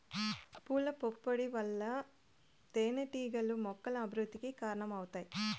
పూల పుప్పొడి వల్ల తేనెటీగలు మొక్కల అభివృద్ధికి కారణమవుతాయి